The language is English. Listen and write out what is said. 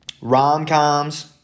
Rom-coms